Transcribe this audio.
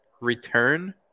return